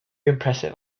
impressive